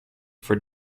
for